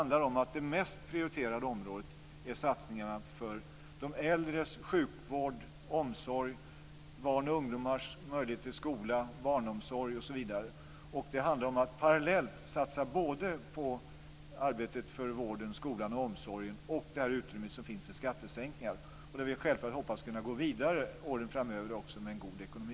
Det mest prioriterade området är satsningarna på de äldres sjukvård och omsorg, på barns och ungdomars skola och barnomsorg osv. Det handlar om att parallellt satsa på arbetet för vården, skolan och omsorgen och det här utrymmet som finns för skattesänkningar. Vi hoppas självfallet att vi ska kunna gå vidare åren framöver också med en god ekonomi.